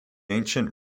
ancient